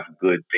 good